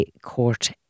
court